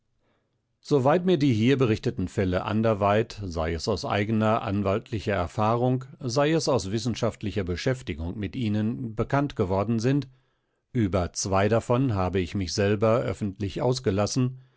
soweit mir die hier berichteten fälle anderweit sei es aus eigener anwaltlicher erfahrung sei es aus wissenschaftlicher beschäftigung mit ihnen bekannt geworden sind über zwei davon habe ich mich selber öffentlich ausgelassen